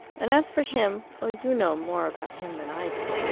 and as for him well, you know more about him than i do.